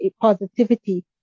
positivity